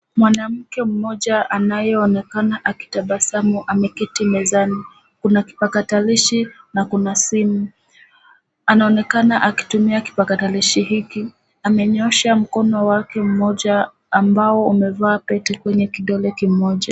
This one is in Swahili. Mwanamke moja anayeonekana akitabasamu ameketi mezani. Kuna kipakatalishi na kuna simu. Anaonekana akitumia kipakatalishi hiki. Amenyosha mkono wake moja ambao umevaa pete kwenye kidole kimoja.